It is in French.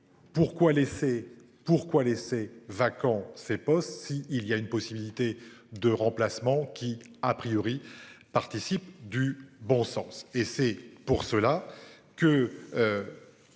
pourquoi laisser vacant c'est postes si il y a une possibilité de remplacement qui a priori participe du bon sens